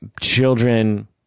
children